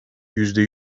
yüzde